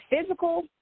physical